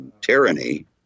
tyranny